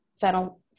fennel